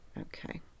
okay